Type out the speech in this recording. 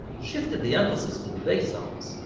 shifted the emphasis to the bass sounds,